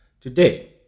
Today